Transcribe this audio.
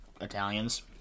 Italians